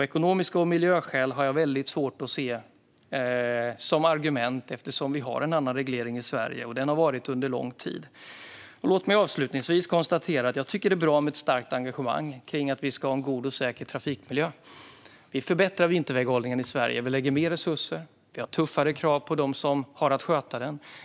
Eftersom vi sedan lång tid har en annan reglering i Sverige har jag svårt att se ekonomiska skäl och miljöskäl som argument. Låt mig avslutningsvis konstatera att jag tycker att det är bra med ett starkt engagemang kring att vi ska ha en god och säker trafikmiljö. Vi förbättrar vinterväghållningen i Sverige. Vi lägger mer resurser, och vi har tuffare krav på dem som har att sköta den.